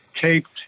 taped